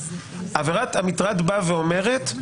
עבירת המטרד אומרת,